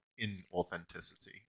inauthenticity